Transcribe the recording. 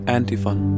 Antiphon